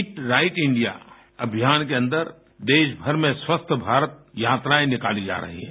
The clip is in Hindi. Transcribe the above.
इट राइट इंडिया अभियान के अन्दर देश भर में स्वस्थ भारत यात्राएं निकाली जा रही हैं